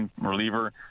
reliever